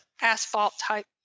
asphalt-type